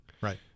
Right